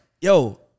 yo